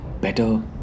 better